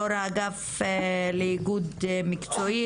יו"ר האגף לאיגוד מקצועי,